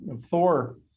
Thor